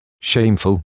shameful